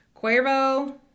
Cuervo